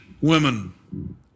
women